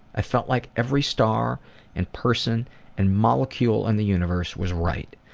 i felt like every star and person and molecule in the universe was right.